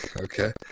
Okay